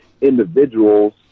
individuals